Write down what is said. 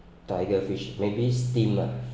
tiger fish maybe steam lah